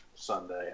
Sunday